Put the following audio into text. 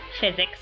physics